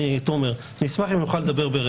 תומר, אני אשמח אם אני אוכל לדבר ברצף.